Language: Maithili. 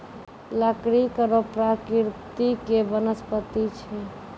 लकड़ी कड़ो प्रकृति के वनस्पति छै